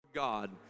God